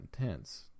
intense